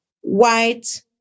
white